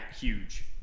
Huge